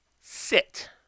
sit